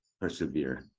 persevere